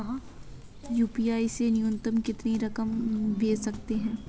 UPI से न्यूनतम कितनी रकम भेज सकते हैं?